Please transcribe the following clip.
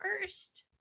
first